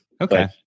Okay